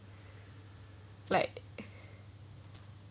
like